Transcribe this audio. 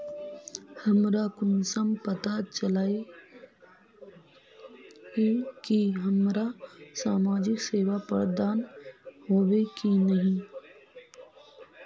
हमरा कुंसम पता चला इ की हमरा समाजिक सेवा प्रदान होबे की नहीं?